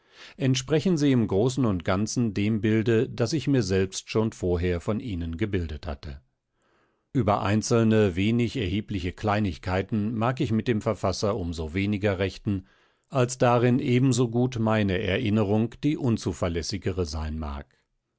entsprechen sie im großen und ganzen dem bilde das ich mir selbst schon vorher von ihnen gebildet hatte über einzelne wenig erhebliche kleinigkeiten mag ich mit dem verfasser um so weniger rechten als darin ebensogut meine erinnerung die unzuverlässigere sein mag